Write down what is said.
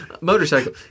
Motorcycle